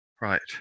right